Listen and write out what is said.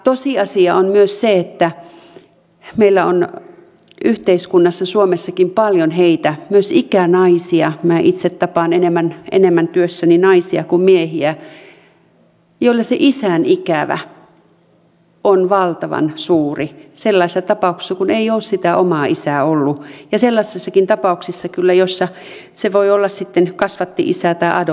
tosiasia on myös se että meillä on yhteiskunnassa suomessakin paljon heitä myös ikänaisia minä itse tapaan työssäni enemmän naisia kuin miehiä joilla se isän ikävä on valtavan suuri sellaisessa tapauksessa kun ei ole sitä omaa isää ollut ja sellaisessakin tapauksessa kyllä jossa se voi olla kasvatti isä tai adoptioisä